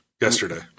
yesterday